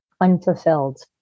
unfulfilled